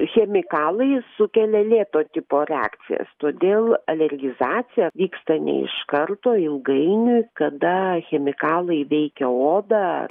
chemikalai sukelia lėto tipo reakcijas todėl alergizacija vyksta ne iš karto ilgainiui kada chemikalai veikia odą